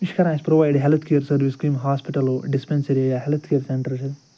یہِ چھُ کَران اَسہِ پرٛووایڈ ہٮ۪لٕتھ کِیر سٔروِس کٔمۍ ہاسپِٹلو ڈِسپٮ۪نسٔری یا ہٮ۪لٕتھ کِیر سٮ۪نٛٹر چھِ